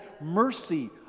mercy